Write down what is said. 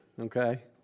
okay